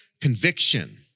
conviction